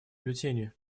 бюллетени